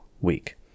week